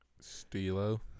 Stilo